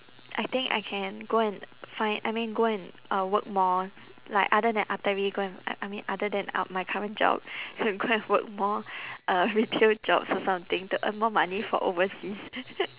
I think I can go and find I mean go and uh work more like other than artery go and I I mean other than art my current job uh go and work more uh retail jobs or something to earn more money for overseas